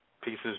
pieces